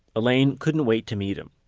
elaine couldn't wait to meet him